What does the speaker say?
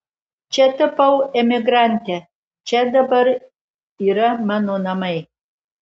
čia tapau emigrante čia dabar yra mano namai